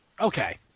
Okay